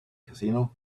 casino